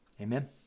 Amen